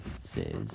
says